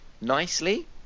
nicely